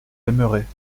aimeraient